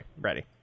Ready